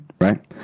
right